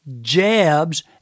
jabs